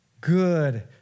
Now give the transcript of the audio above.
good